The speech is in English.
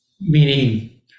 meaning